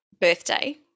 birthday